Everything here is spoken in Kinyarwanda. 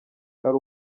ari